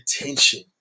attention